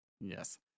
Yes